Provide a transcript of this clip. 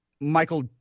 Michael